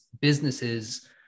businesses